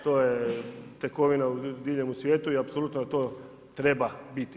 To je tekovina diljem u svijetu i apsolutno to treba biti.